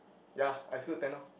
ya exclude ten orh